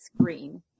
screen